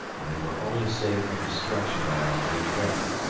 and we were only saved from destruction by our great depth,